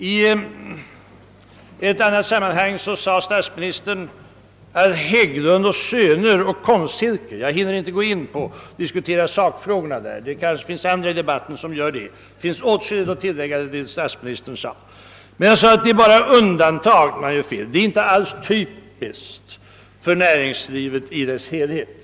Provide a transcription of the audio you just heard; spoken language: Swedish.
I ett annat sammanhang sade statsministern om Hägglund & Söner och Konstsilke AB — jag hinner inte gå in på att diskutera sakfrågan, andra i debatten kanske gör det; det finns åtskilligt att tillägga till vad statsministern sade — att dessa fall är undantag och inte alls typiska för näringslivet i dess helhet.